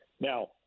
Now